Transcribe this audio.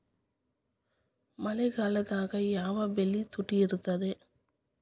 ಮಳೆಗಾಲದಾಗ ಯಾವ ಬೆಳಿ ತುಟ್ಟಿ ಇರ್ತದ?